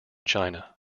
china